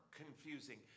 confusing